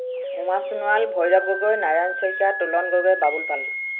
Uma Sonowal Bhairav Gogoi Narayan Saikia Tolan Gogoi Babul Pal